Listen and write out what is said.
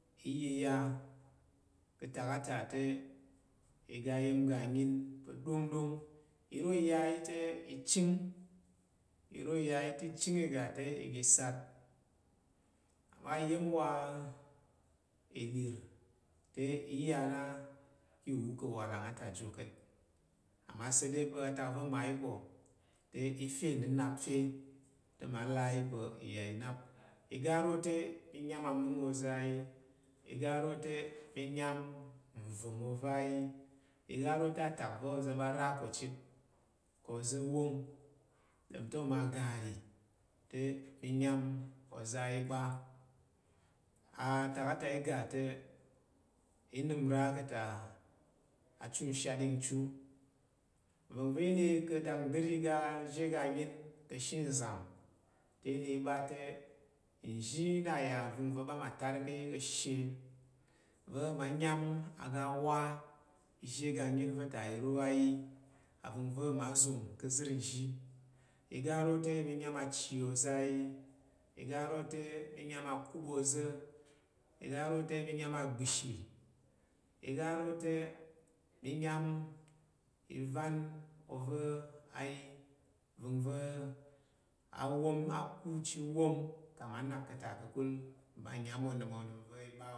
Ɪ yiya, ka̱ tak a ta te iga iya̱n ga nyin pa̱ ɗongɗong. Iro i ya yi te i chəng, iro ya te i ga te i ga i sat. Amma iya̱n wa ilir te i ya na ki iwal ka̱ awalang ata jo ka̱t. Amma sai dai i n’ap. Iga ro te m nyan oga amung oza̱ ayi, iga ro te mi nyan nva̱ng oza̱ ayi, iga ro te atak va̱ oza̱ ɓa ra ko chit ka̱ oza̱ wong ɗom te oma ga nri te mi nyan oza̱ ayi kpa’. Alakata i ga te t nəm nɗa ka̱ ta achu nshaɗəng chu. Nva̱ngva̱ t lye ka̱tak ndir iga zhe ga nyin ka̱she nzamte t lye t ɓa te, nzhi. Ɪga ro te mi nyan achi oza̱ ayi, iga ro te mi nyan akup oza̱ iga wom, oku chit wom ka̱ ma nak ka̱ ta ka̱kul mma nyan onəm, ovəngva̱ i ɓa.